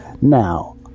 Now